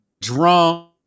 drunk